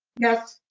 yes.